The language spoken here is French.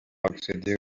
accéder